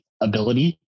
ability